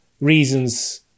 reasons